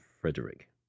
Frederick